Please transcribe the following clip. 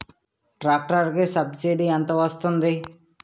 Tractor కి subsidy ఎంత వస్తుంది?